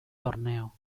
torneo